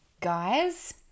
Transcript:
guys